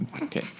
Okay